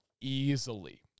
easily